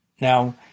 Now